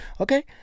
okay